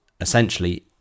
essentially